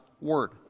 Word